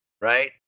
right